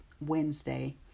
Wednesday